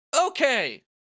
Okay